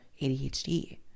ADHD